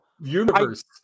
Universe